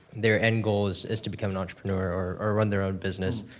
there end goal is is to become an entrepreneur or run their own business.